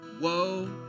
Whoa